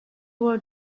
hour